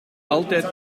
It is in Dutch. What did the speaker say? altijd